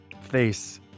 face